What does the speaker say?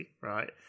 Right